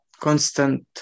constant